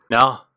No